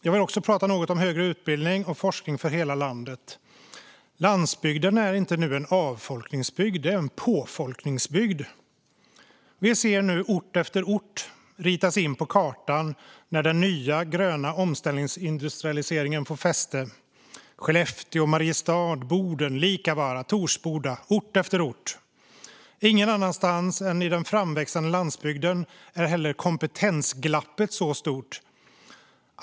Jag vill också säga något om högre utbildning och forskning för hela landet. Landsbygden är ingen avfolkningsbygd - det är en påfolkningsbygd. Vi ser nu ort efter ort ritas in på kartan när den nya gröna omställningsindustrialiseringen får fäste: Skellefteå, Mariestad, Boden, Liikavaara, Torsboda. Ingen annanstans än i den framväxande landsbygden är heller kompetensglappet så stort.